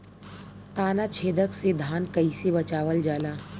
ताना छेदक से धान के कइसे बचावल जाला?